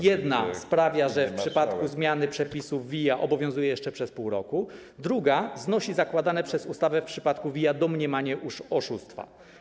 Jedna sprawia, że w przypadku zmiany przepisów WIA obowiązuje jeszcze przez pół roku, druga znosi zakładane przez ustawę w przypadku WIA domniemanie oszustwa.